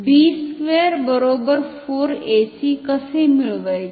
b2 4 ac कसे मिळवायचे